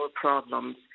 problems